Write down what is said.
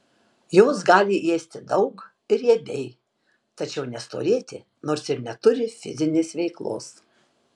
jos gali ėsti daug ir riebiai tačiau nestorėti nors ir neturi fizinės veiklos